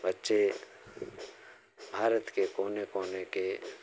बच्चे भारत के कोने कोने के